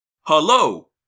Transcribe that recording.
Hello